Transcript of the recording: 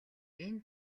энэ